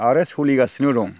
आरो सोलिगासिनो दं